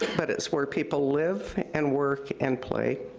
but it's where people live and work and play.